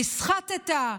נסחטת,